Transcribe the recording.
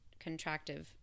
contractive